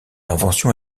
invention